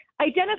Identify